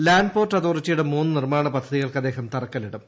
land port അതോറിറ്റിയുടെ മൂന്ന് നിർമ്മാണ പദ്ധതികൾക്ക് അദ്ദേഹം തറക്കല്ലിടും